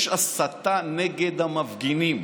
יש הסתה נגד המפגינים,